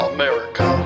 America